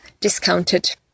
discounted